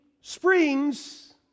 springs